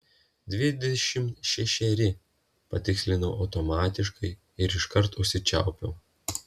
dvidešimt šešeri patikslinau automatiškai ir iškart užsičiaupiau